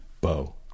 Bo